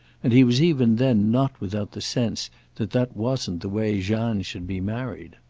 and he was even then not without the sense that that wasn't the way jeanne should be married.